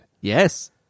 Yes